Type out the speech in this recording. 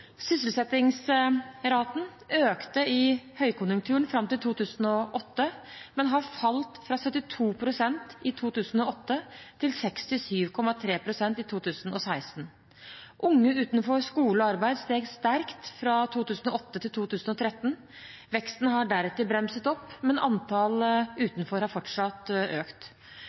Sysselsettingsraten økte i høykonjunkturen fram til 2008, men har falt fra 72 pst. i 2008 til 67,3 pst. i 2016. Antallet unge utenfor skole og arbeid steg sterkt fra 2008 til 2013. Veksten har deretter bremset opp, men antallet utenfor har fortsatt økt.